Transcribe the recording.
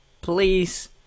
please